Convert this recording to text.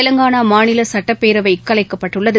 தெலங்கானா மாநில சட்டப்பேரவை கலைக்கப்பட்டுள்ளது